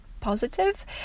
Positive